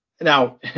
Now